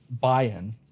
buy-in